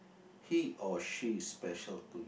he or she is special to you